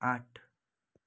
आठ